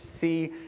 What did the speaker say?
see